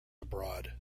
abroad